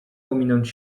pominąć